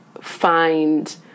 find